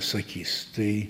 sakys tai